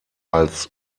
als